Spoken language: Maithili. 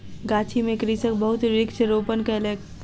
गाछी में कृषक बहुत वृक्ष रोपण कयलक